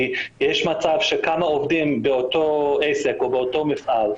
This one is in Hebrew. כי יש מצב שכמה עובדים באותו עסק או באותו מפעל,